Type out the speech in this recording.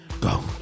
Go